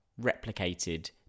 replicated